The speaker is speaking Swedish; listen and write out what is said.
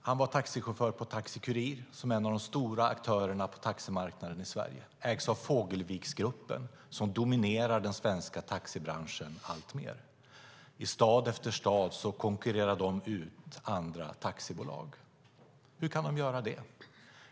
Han var taxichaufför på Taxi Kurir som är en av de stora aktörerna på taximarknaden i Sverige. Taxi Kurir ägs av Fågelviksgruppen som dominerar den svenska taxibranschen alltmer. I stad efter stad konkurrerar man ut andra taxibolag. Hur kan de göra det?